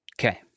Okay